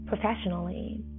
professionally